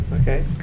Okay